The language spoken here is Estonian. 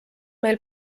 meil